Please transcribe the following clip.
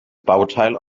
bauteil